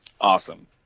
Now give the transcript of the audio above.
awesome